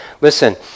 Listen